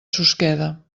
susqueda